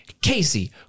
Casey